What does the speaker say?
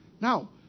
now